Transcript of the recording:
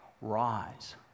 rise